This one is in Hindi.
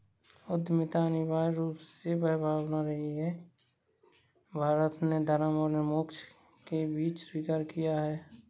उद्यमिता अनिवार्य रूप से वह भावना रही है, भारत ने धर्म और मोक्ष के बीच स्वीकार किया है